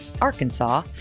Arkansas